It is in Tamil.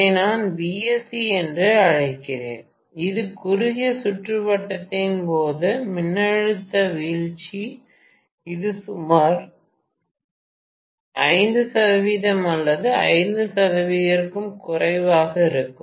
இதை நான் Vsc என்று அழைக்கிறேன் இது குறுகிய சுற்றுவட்டத்தின் போது மின்னழுத்த வீழ்ச்சி இது சுமார் 5 சதவீதம் அல்லது 5 சதவீதத்திற்கும் குறைவாக இருக்கும்